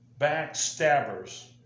Backstabbers